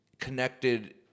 connected